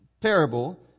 parable